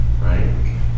right